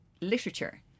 literature